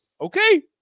okay